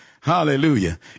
Hallelujah